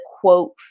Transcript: quote